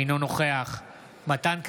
אינו נוכח מתן כהנא,